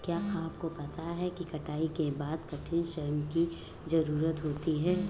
क्या आपको पता है कटाई के बाद कठिन श्रम की ज़रूरत होती है?